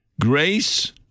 Grace